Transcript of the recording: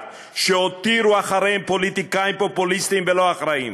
שהותירו אחריהם פוליטיקאים פופוליסטים ולא אחראיים,